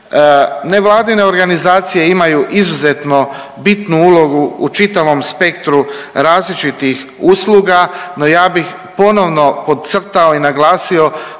Nevladine organizacije imaju izuzetno bitnu ulogu u čitavom spektru različitih usluga, no ja bih ponovno podcrtao i naglasio